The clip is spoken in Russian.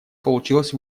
получилось